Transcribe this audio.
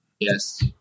Yes